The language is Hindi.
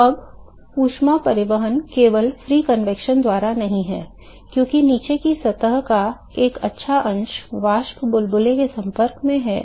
तो अब ऊष्मा परिवहन केवल मुक्त संवहन द्वारा नहीं है क्योंकि नीचे की सतह का ek अच्छा अंश वाष्प बुलबुले के संपर्क में है